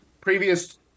previous